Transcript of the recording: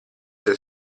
del